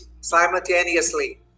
Simultaneously